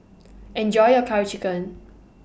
Enjoy your Curry Chicken